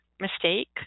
mistake